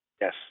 Yes